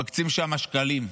מקצים שם שקלים.